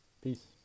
Peace